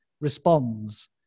responds